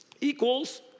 equals